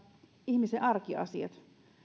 ihmisten arkiasiat